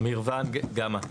אמיר ונג גמא.